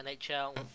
NHL